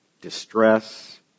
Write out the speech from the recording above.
distress